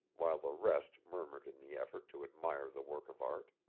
while the rest murmured in the effort to admire the work of art.